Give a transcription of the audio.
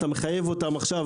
אם אתה מחייב אותם עכשיו,